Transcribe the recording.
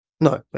No